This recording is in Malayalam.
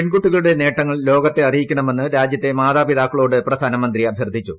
പെൺകുട്ടികളുടെ നേട്ടങ്ങൾ ലോകത്തെ അറിയിക്കണമെന്ന് രാജ്യത്തെ മാതാപിതാക്കളോട് പ്രധാനമന്ത്രി അഭ്യർത്ഥിച്ചു